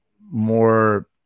more